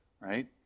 right